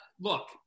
Look